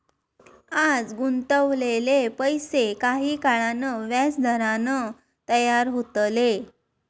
आज गुंतवलेले पैशे काही काळान व्याजदरान तयार होतले